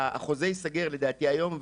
החוזה ייסגר לדעתי היום,